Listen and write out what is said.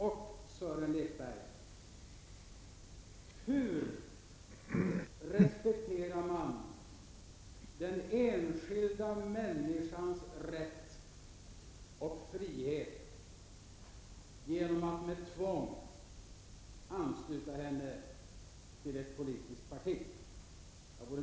Och hur, Sören Lekberg, respekterar man den enskilda människans rätt och frihet genom att med tvång ansluta henne till ett politiskt parti?